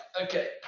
Okay